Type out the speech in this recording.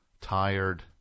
Tired